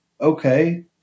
okay